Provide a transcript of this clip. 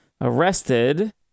arrested